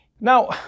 Now